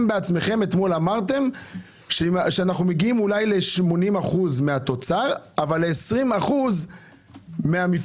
בעצמכם אתמול אמרתם שאנחנו מגיעים אולי ל-80% מהתוצר אבל ל-20% מהמפעלים.